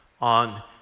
on